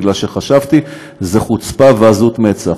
כי חשבתי שזה חוצפה ועזות מצח.